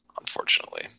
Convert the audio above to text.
unfortunately